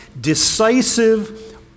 decisive